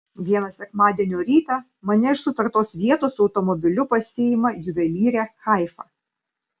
vieną sekmadienio rytą mane iš sutartos vietos automobiliu pasiima juvelyrė haifa